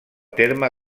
terme